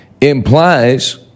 implies